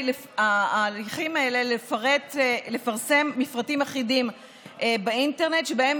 בהליכים האלה לפרסם מפרטים אחידים באינטרנט שבהם